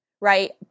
right